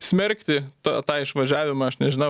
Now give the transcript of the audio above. smerkti tą tą išvažiavimą aš nežinau